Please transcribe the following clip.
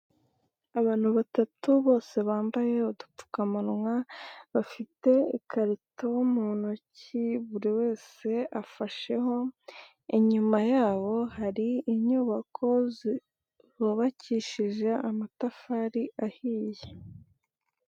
Abantu batatu bose bambaye udupfukamuwa, bafite ikarito mu ntoki buri wese afasheho, inyuma yabo hari inyubako zubakishije amatafari ahiye.